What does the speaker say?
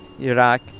Iraq